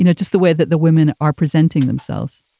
you know just the way that the women are presenting themselves?